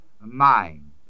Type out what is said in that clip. mind